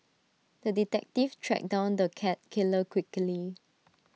the detective tracked down the cat killer quickly